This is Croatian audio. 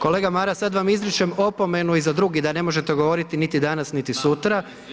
Kolega Maras, sad vam izričem opomenu i za drugi da ne možete govoriti niti danas niti sutra.